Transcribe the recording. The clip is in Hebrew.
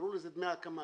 קראו לזה דמי הקמה,